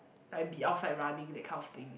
like be outside running that kind of thing